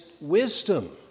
wisdom